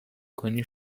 کنی